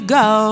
go